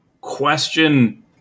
question